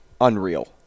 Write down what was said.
unreal